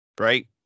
right